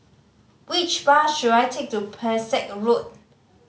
which bus should I take to Pesek Road